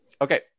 okay